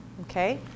okay